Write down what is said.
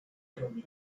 بروکلی